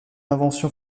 invention